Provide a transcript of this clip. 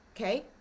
Okay